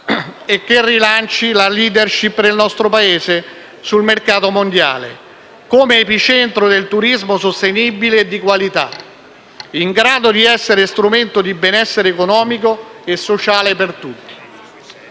e che rilanci la *leadership* nel nostro Paese sul mercato mondiale, come epicentro del turismo sostenibile e di qualità, in grado di essere strumento di benessere economico e sociale per tutti.